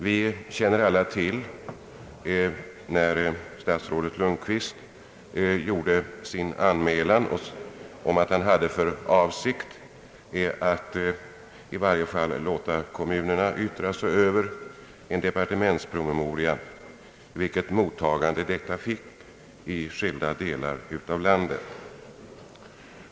Vi känner alla till vilket mottagande det fick i skilda delar av landet när statsrådet Lundkvist anmälde att han hade för avsikt att i varje fall låta kommunerna yttra sig över en departementspromemoria i ärendet.